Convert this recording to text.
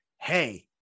Hey